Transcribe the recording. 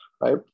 Right